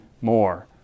more